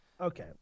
Okay